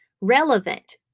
relevant